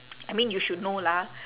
I mean you should know lah